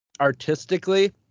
artistically